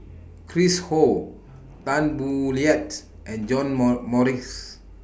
Chris Ho Tan Boo Liat and John More Morrice